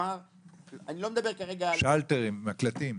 מקלטים.